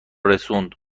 رسوند